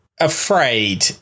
afraid